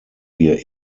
wir